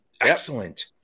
Excellent